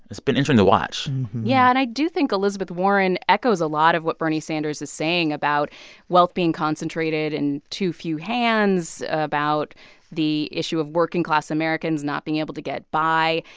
it's been interesting to watch yeah. and i do think elizabeth warren echoes a lot of what bernie sanders is saying about wealth being concentrated in too few hands, about the issue of working-class americans not being able to get by.